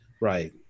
Right